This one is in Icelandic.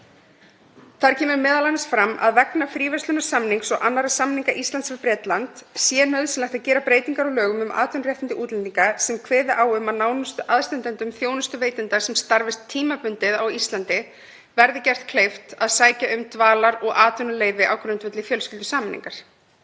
Þar kemur m.a. fram að vegna fríverslunarsamnings og annarra samninga Íslands við Bretland sé nauðsynlegt að gera breytingar á lögum um atvinnuréttindi útlendinga sem kveða á um að nánustu aðstandendum þjónustuveitenda sem starfa tímabundið á Íslandi verði gert kleift að sækja um dvalar- og atvinnuleyfi á grundvelli fjölskyldusameiningar.